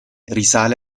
risale